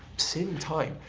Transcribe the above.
saving time.